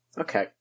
Okay